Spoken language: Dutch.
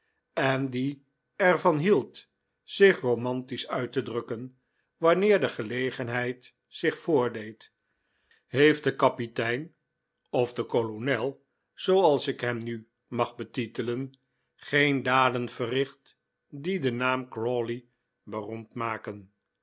en die er van hield zich romantisch uit te drukken wanneer de gelegenheid zich voordeed heeft de kapitein of de kolonel zooals ik hem nu mag betitelen geen daden verricht die den naam crawley beroemd maken